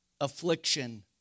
affliction